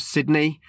Sydney